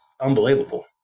unbelievable